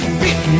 beat